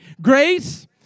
Grace